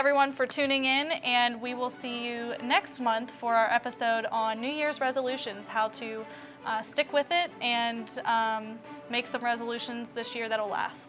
everyone for tuning in and we will see you next month for our episode on new year's resolutions how to stick with it and makes of resolutions this year that will last